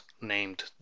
named